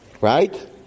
Right